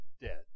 dead